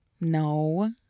No